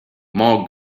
more